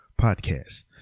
podcast